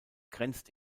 grenzt